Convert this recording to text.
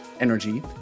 energy